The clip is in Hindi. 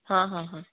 हाँ हाँ हाँ